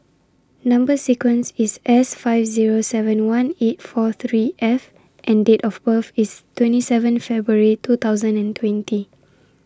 Number sequence IS S five Zero seven one eight four three F and Date of birth IS twenty seven February two thousand and twenty